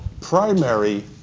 primary